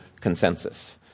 consensus